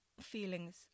feelings